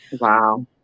wow